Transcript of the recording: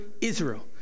Israel